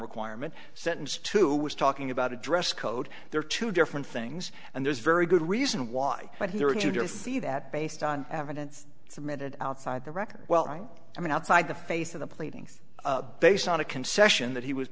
requirement sentenced to was talking about a dress code there are two different things and there's a very good reason why but here and you don't see that based on evidence submitted outside the record well i mean outside the face of the pleadings based on a concession that he was